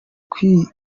kwizera